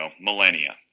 millennia